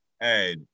Hey